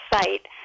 site